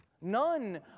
None